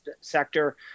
sector